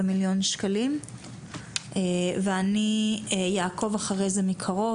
לסכום שיעמוד על 13 מיליון ₪ ואני אעקוב אחרי זה מקרוב.